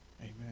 Amen